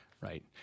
Right